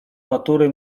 natury